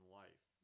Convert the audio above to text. life